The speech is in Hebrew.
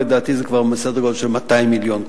לדעתי זה כבר סדר-גודל של 200 מיליון,